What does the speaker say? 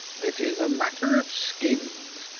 it is a matter of skins,